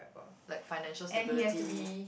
like financial stability